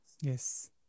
yes